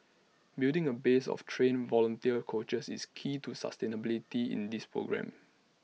building A base of trained volunteer coaches is key to the sustainability in this programme